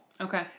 Okay